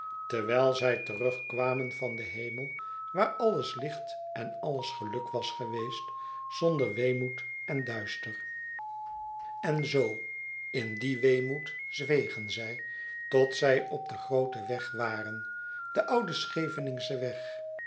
terwijl zij terugkwamen van den hemel waar alles licht en alles geluk was geweest zonder weemoed en duister en zoo in dien weemoed zwegen zij tot zij op den grooten weg waren den ouden scheveningschen weg